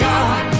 God